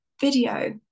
video